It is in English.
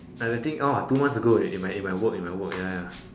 like the thing orh two months ago in my in my in my work in my work ya ya